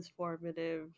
transformative